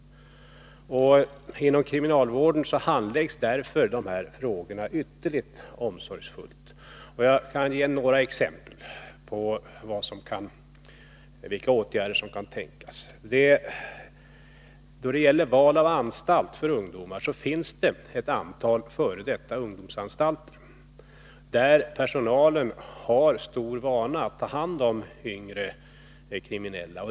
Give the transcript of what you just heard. Inom kriminalvården handläggs därför dessa frågor ytterligt omsorgsfullt. Jag skall ge några exempel på vilka åtgärder som kan tänkas. Då det gäller val av anstalt för ungdomar finns det ett antal f. d. ungdomsanstalter, där personalen har stor vana att ta hand om yngre kriminella.